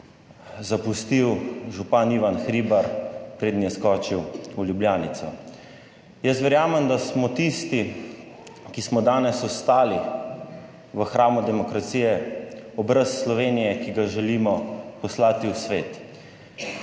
zapustil župan Ivan Hribar, preden je skočil v Ljubljanico. Jaz verjamem, da smo tisti, ki smo danes ostali v hramu demokracije, obraz Slovenije, ki ga želimo poslati v svet.